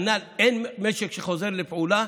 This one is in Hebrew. אין משק שחוזר לפעולה